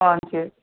हजुर